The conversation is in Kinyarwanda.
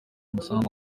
umusanzu